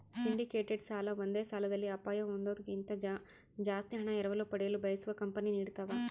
syndicated ಸಾಲ ಒಂದೇ ಸಾಲದಲ್ಲಿ ಅಪಾಯ ಹೊಂದೋದ್ಕಿಂತ ಜಾಸ್ತಿ ಹಣ ಎರವಲು ಪಡೆಯಲು ಬಯಸುವ ಕಂಪನಿ ನೀಡತವ